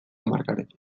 markarekin